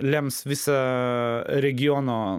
lems visą regiono